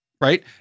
right